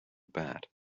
bad